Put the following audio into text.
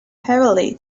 heavily